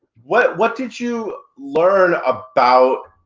what what did you learn about,